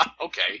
okay